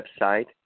website